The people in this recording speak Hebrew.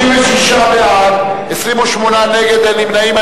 56 בעד, 28 נגד, אין נמנעים.